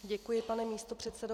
Děkuji, pane místopředsedo.